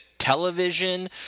Television